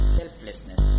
selflessness